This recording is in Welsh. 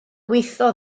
gweithio